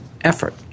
effort